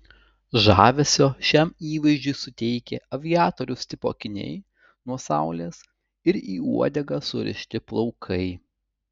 žavesio šiam įvaizdžiui suteikė aviatoriaus tipo akiniai nuo saulės ir į uodegą surišti plaukai